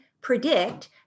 predict